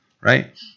right